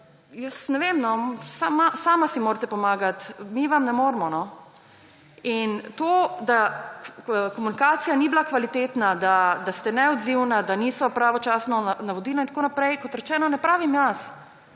jaz ne vem, sami si morate pomagati, mi vam ne moremo. In tega, da komunikacija ni bila kvalitetna, da ste neodzivni, da niso pravočasna navodila in tako naprej, kot rečeno, ne pravim jaz,